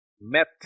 met